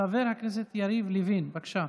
חבר הכנסת יריב לוין, בבקשה.